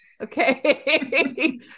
okay